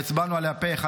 והצבענו עליה פה אחד.